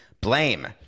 Blame